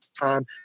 time